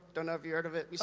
don't know if you heard of it.